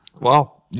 Wow